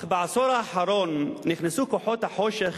אך בעשור האחרון נכנסו כוחות החושך